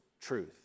truth